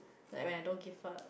like when I don't give her